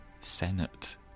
Senate